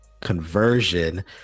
conversion